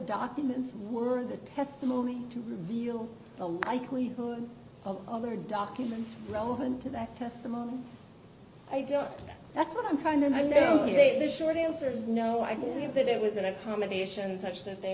documents were the testimony to reveal the likelihood of other documents relevant to that testimony i doubt that's what i'm trying to do a bit short answer is no i believe that it was an accommodation such that they